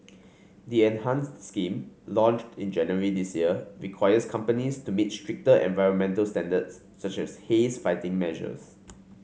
the enhanced scheme launched in January this year requires companies to meet stricter environmental standards such as haze fighting measures